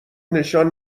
نشان